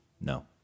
No